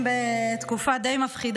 אביגדור ליברמן,